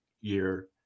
year